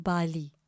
Bali